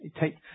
take